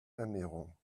ernährung